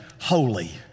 holy